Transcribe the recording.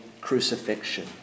crucifixion